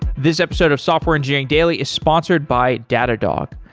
this episode of software engineering daily is sponsored by datadog.